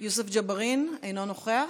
אינו נוכח.